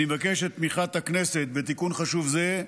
אני מבקש את תמיכת הכנסת בתיקון חשוב זה אשר,